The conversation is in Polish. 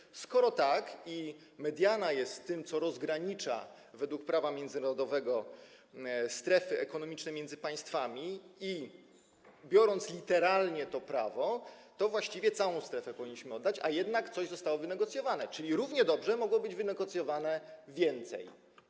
Jeżeli jest tak i mediana jest tym, co rozgranicza według prawa międzynarodowego strefy ekonomiczne między państwami, biorąc literalnie to prawo, to właściwie całą strefę powinniśmy oddać, a jednak coś zostało wynegocjowane, czyli równie dobrze mogłoby być wynegocjowane więcej.